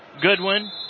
Goodwin